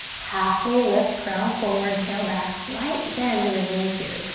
halfway lift. crown forward, tail back, slight bend in the knees here.